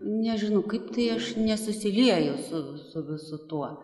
nežinau kaip tai aš nesusilieju su visu tuo